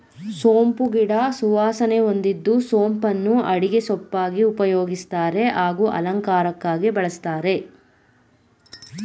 ಸೋಂಪು ಗಿಡ ಸುವಾಸನೆ ಹೊಂದಿದ್ದು ಸೋಂಪನ್ನು ಅಡುಗೆ ಸೊಪ್ಪಾಗಿ ಉಪಯೋಗಿಸ್ತಾರೆ ಹಾಗೂ ಅಲಂಕಾರಕ್ಕಾಗಿ ಬಳಸ್ತಾರೆ